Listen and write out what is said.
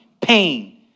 pain